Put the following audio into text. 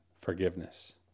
forgiveness